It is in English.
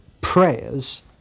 prayers